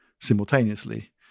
simultaneously